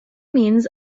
means